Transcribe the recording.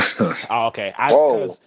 Okay